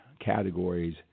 categories